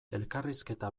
elkarrizketa